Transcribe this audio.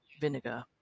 vinegar